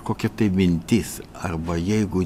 kokia tai mintis arba jeigu